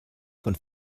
von